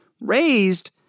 raised